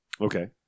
Okay